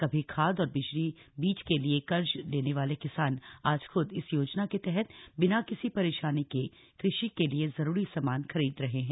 कभी खाद और बीज के लिए कर्ज लेने वाले किसान आज खुद इस योजना के तहत बिना किसी परेशानी के कृषि के लिए जरूरी सामान खरीद रहे हैं